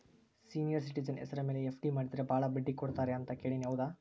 Senior citizen ಹೆಸರ ಮೇಲೆ FD ಮಾಡಿದರೆ ಬಹಳ ಬಡ್ಡಿ ಕೊಡ್ತಾರೆ ಅಂತಾ ಕೇಳಿನಿ ಹೌದಾ?